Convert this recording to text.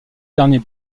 dernier